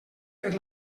per